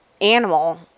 animal